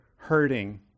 hurting